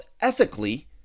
ethically